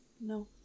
No